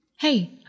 Hey